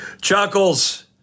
chuckles